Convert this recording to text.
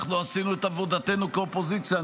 אנחנו עשינו את עבודתנו כאופוזיציה.